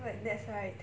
but that's right